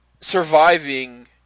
surviving